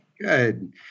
Good